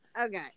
Okay